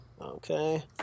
Okay